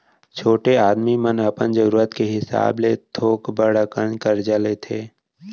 छोटे आदमी मन अपन जरूरत के हिसाब ले थोक बड़ अकन करजा लेथें